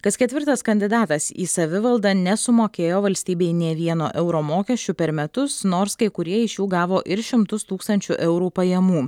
kas ketvirtas kandidatas į savivaldą nesumokėjo valstybei nė vieno euro mokesčių per metus nors kai kurie iš jų gavo ir šimtus tūkstančių eurų pajamų